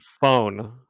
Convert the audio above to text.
phone